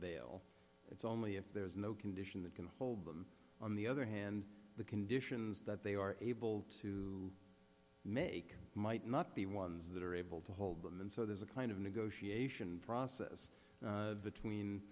bail it's only if there is no condition that can hold them on the other hand the conditions that they are able to make might not be ones that are able to hold them and so there's a kind of negotiation process between